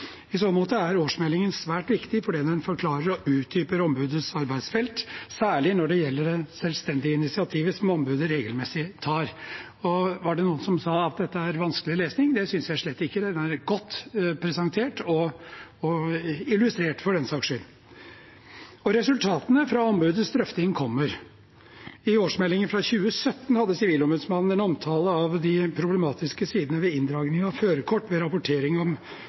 I så måte er årsmeldingen svært viktig, fordi den forklarer og utdyper ombudets arbeidsfelt, særlig når det gjelder det selvstendige initiativet som ombudet regelmessig tar. Var det noen som sa at dette er vanskelig lesning? Det synes jeg slett ikke. Den er godt presentert – og illustrert, for den saks skyld. Resultatene fra ombudets drøftinger kommer. I årsmeldingen fra 2017 hadde Sivilombudsmannen en omtale av de problematiske sidene ved inndragning av førerkort ved rapportering om